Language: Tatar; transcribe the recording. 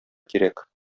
кирәк